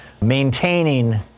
maintaining